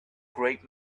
great